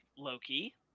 Loki